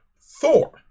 Thor